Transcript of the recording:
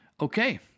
Okay